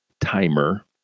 Timer